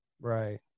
Right